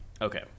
Okay